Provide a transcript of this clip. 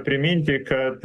priminti kad